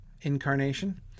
incarnation